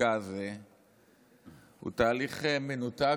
החקיקה הזה הוא תהליך מנותק,